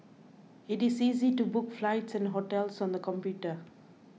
it is easy to book flights and hotels on the computer